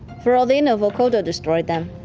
for all they know, vokodo destroyed them.